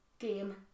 Game